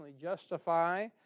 justify